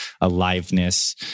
aliveness